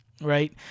right